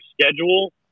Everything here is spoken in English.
schedule